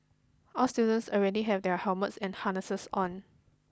all students already have their helmets and harnesses on